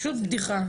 פשוט בדיחה,